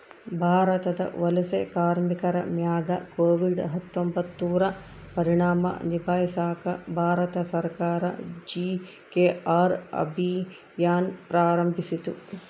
ಭಾರತದ ವಲಸೆ ಕಾರ್ಮಿಕರ ಮ್ಯಾಗ ಕೋವಿಡ್ ಹತ್ತೊಂಬತ್ತುರ ಪರಿಣಾಮ ನಿಭಾಯಿಸಾಕ ಭಾರತ ಸರ್ಕಾರ ಜಿ.ಕೆ.ಆರ್ ಅಭಿಯಾನ್ ಪ್ರಾರಂಭಿಸಿತು